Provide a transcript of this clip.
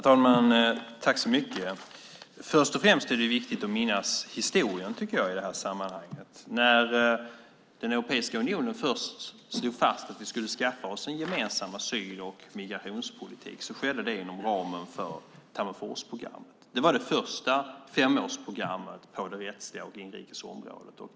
Herr talman! Först och främst är det viktigt att minnas historien, tycker jag, i det här sammanhanget. När Europeiska unionen först slog fast att vi skulle skaffa oss en gemensam asyl och migrationspolitik skedde det inom ramen för Tammerforsprogrammet. Det var det första femårsprogrammet på det rättsliga området och inrikesområdet.